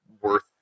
worth